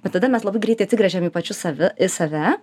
tai tada mes labai greitai atsigręžiam į pačius save į save